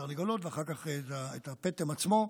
לתרנגולות ואחר כך הפטם עצמו,